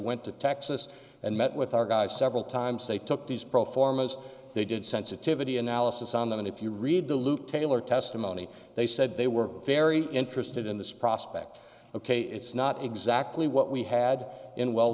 went to texas and met with our guys several times they took these pro forma as they did sensitivity analysis on them and if you read the loop taylor testimony they said they were very interested in this prospect ok it's not exactly what we had in well